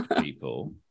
people